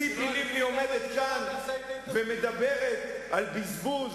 ציפי לבני עומדת כאן ומדברת על בזבוז,